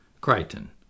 Crichton